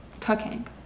cooking